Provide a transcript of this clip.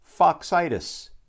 Foxitis